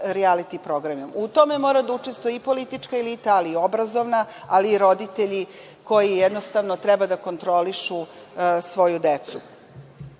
rijaliti programima.U tome mora da učestvuje i politička elita, ali i obrazovna, ali i roditelji koji jednostavno treba da kontrolišu svoju decu. Ono